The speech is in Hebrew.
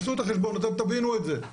תעשו את החשבון הזה ותבינו את זה.